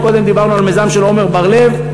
קודם דיברנו על המיזם של עמר בר-לב,